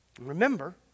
Remember